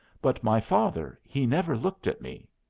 but my father he never looked at me.